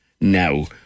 now